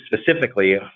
specifically